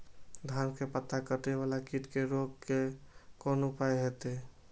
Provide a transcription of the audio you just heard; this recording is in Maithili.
धान के पत्ता कटे वाला कीट के रोक के कोन उपाय होते?